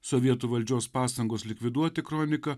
sovietų valdžios pastangos likviduoti kroniką